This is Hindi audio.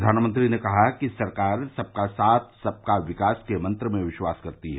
प्रधानमंत्री ने कहा कि सरकार सबका साथ सबका विकास के मंत्र में विश्वास करती है